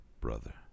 brother